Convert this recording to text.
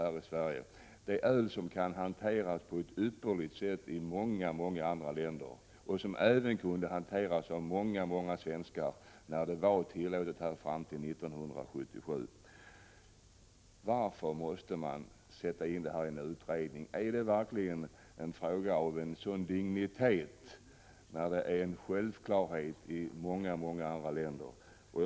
Det är fråga om ett öl som man kan hantera på ett riktigt sätt i många andra länder och som kunde hanteras av många många svenskar när det var tillåtet i vårt land fram till 1977. Varför måste denna fråga tas upp i en utredning? Är frågan verkligen av en sådan dignitet? I många andra länder är det ju en självklarhet att man har tillgång till detta öl.